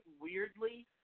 weirdly